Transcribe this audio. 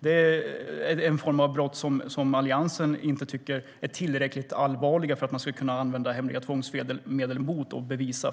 Det är en form av brott som Alliansen inte tycker är tillräckligt allvarligt för att man ska kunna använda hemliga tvångsmedel för att få fram bevis.